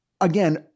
again